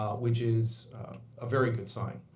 which is a very good sign.